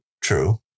True